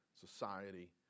society